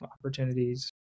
opportunities